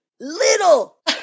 little